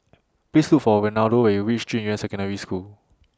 Please Look For Renaldo when YOU REACH Junyuan Secondary School